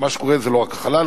ומה שקורה זה לא רק החלל,